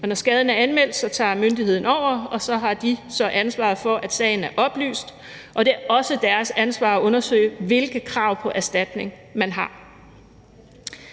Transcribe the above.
når skaden er anmeldt, tager myndigheden over, og så har de så ansvaret for, at sagen er oplyst, og det er også deres ansvar at undersøge, hvilke krav på erstatning man har.